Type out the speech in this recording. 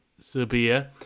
Sabia